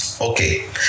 Okay